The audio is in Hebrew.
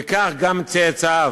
וכך גם צאצאיו.